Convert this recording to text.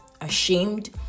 ashamed